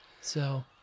So-